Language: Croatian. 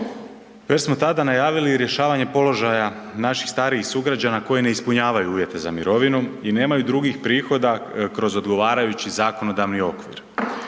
Već smo tada najavili rješavanje položaja naših starijih sugrađana koji ne ispunjavaju uvjete za mirovinu i nemaju drugih prihoda kroz odgovarajući zakonodavni okvir.